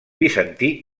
bizantí